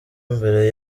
mbere